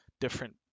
different